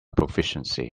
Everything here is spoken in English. proficiency